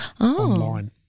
online